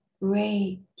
rage